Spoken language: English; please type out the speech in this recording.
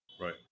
right